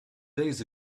days